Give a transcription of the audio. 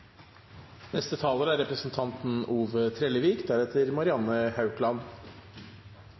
Neste taler er representanten Erlend Larsen, Høyre, deretter